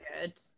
good